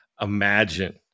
Imagine